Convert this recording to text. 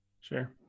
Sure